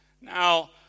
Now